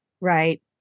Right